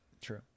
True